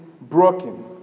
broken